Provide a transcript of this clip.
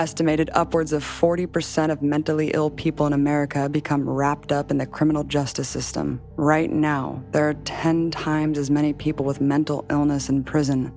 estimated upwards of forty percent of mentally ill people in america become wrapped up in the criminal justice system right now there are ten times as many people with mental illness and prison